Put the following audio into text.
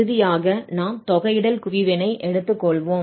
இறுதியாக நாம் தொகையிடல் குவிவினை எடுத்துக்கொள்வோம்